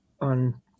on